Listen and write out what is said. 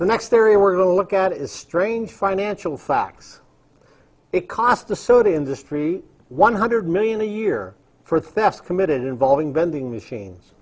the next area we're going to look at is strange financial facts it cost the city industry one hundred million a year for theft committed involving vending machines